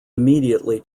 immediately